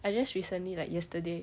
I just recently like yesterday